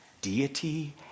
Deity